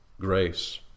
grace